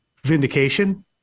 vindication